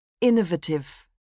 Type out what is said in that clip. Innovative